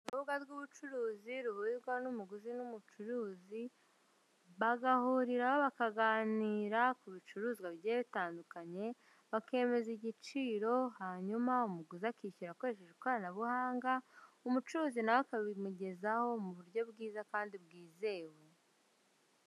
Urubuga rw'ubucuruzi ruhurirwaho n'umuguzi n'umucuruzi, bagahurira bakaganira ku bicuruzwa bigiye bitandukanye bakemeza igiciro hanyuma umuguzi akishyura akoresheje ikoranabuhanga, umucuruzi nawe akabimugezaho mu buryo bwiza kandi bwizewe.